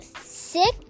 six